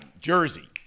Jersey